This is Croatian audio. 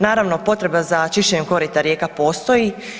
Naravno, potreba za čišćenjem korita rijeka postoji.